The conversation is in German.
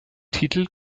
titel